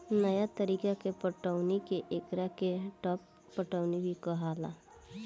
नया तरीका के पटौनी के एकरा के टपक पटौनी भी कहाला